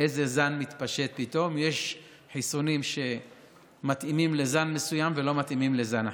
אחר כך שאלות נוספות באותו נושא,